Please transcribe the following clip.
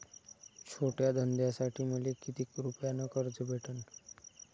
छोट्या धंद्यासाठी मले कितीक रुपयानं कर्ज भेटन?